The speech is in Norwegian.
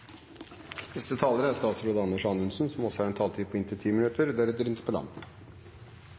Neste taler er statsråd Monica Mæland, som har en taletid på inntil 10 minutter.